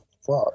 fuck